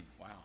Wow